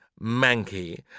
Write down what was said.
manky